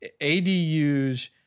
ADUs